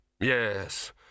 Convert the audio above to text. Yes